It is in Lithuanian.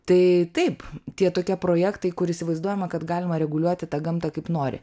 tai taip tie tokie projektai kur įsivaizduojama kad galima reguliuoti tą gamtą kaip nori